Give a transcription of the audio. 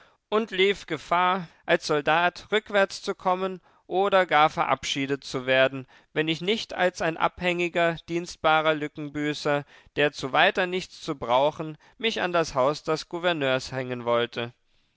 und lief gefahr als soldat rückwärts zu kommen oder gar verabschiedet zu werden wenn ich nicht als ein abhängiger dienstbarer lückenbüßer der zu weiter nichts zu brauchen mich an das haus des gouverneurs hängen wollte